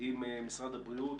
עם משרד הבריאות,